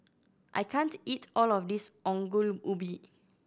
I can't eat all of this Ongol Ubi